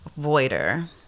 voider